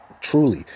Truly